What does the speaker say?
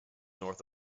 north